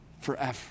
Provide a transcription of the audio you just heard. forever